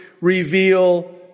reveal